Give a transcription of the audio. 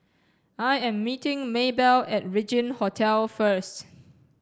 I am meeting Maebell at Regin Hotel first